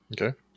Okay